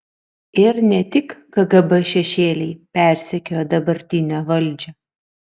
ir ne tik kgb šešėliai persekiojo dabartinę valdžią